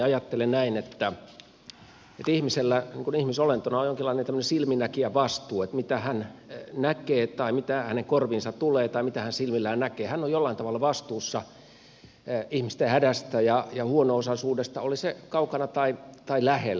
ajattelen näin että ihmisellä ihmisolentona on jonkinlainen tämmöinen silminnäkijävastuu että mitä hänen korviinsa tulee tai mitä hän silmillään näkee hän on jollain tavalla vastuussa ihmisten hädästä ja huono osaisuudesta olivat ne kaukana tai lähellä